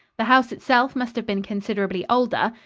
the house itself must have been considerably older.